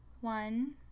One